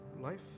life